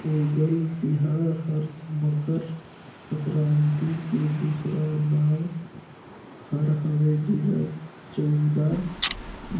पोगंल तिहार हर मकर संकरांति के दूसरा नांव हर हवे जेला चउदा